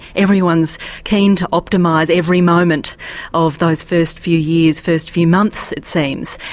everyone's keen to optimise every moment of those first few years, first few months it seems.